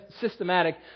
systematic